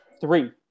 three